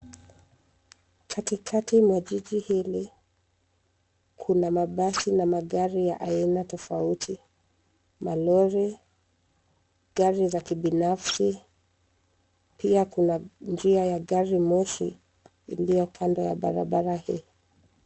Katikati mwa jiji hili kuna mabasi na magari ya aina tofauti. Malori, gari za kibinafsi ,pia kuna njia ya gari moshi iliyo kando ya barabara hii.